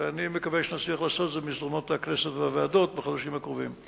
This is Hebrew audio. ואני מקווה שנצליח לעשות זאת במסדרונות הכנסת והוועדות בחודשים הקרובים.